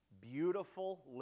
beautiful